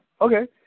okay